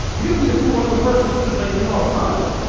you're gonna be the for one of the first ones to play in the automata